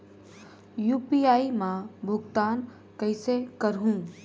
UPI मा भुगतान कइसे करहूं?